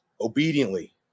obediently